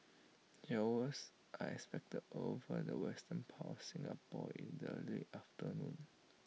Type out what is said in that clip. showers are expected over the western part Singapore in the late afternoon